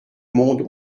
monde